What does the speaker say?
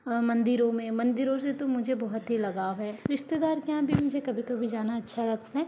मंदिरों में मंदिरों से तो मुझे बहुत ही लगाओ है रिश्तेदार के यहाँ भी मुझे कभी कभी जाना अच्छा लगता है